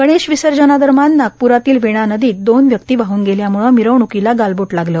गणेश विसर्जनादरम्यान नागपूरातील वेणा नदीत दोन व्यक्ती वाहून गेल्याम्ळे मिरवण्कीला गालबोट लागले